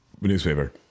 Newspaper